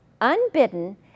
Unbidden